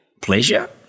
pleasure